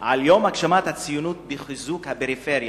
על יום הגשמת הציונות בחיזוק הפריפריה,